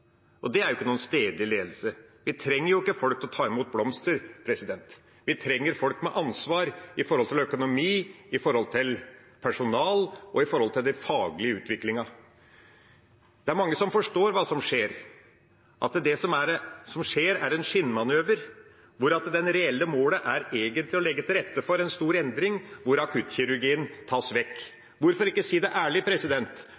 Det er jo ikke stedlig ledelse. Vi trenger ikke folk til å ta imot blomster – vi trenger folk med ansvar når det gjelder økonomi, personale og den faglige utviklingen. Det er mange som forstår hva som skjer – at det som skjer, er en skinnmanøver, hvor det reelle målet egentlig er å legge til rette for en stor endring, hvor akuttkirurgien skal tas vekk.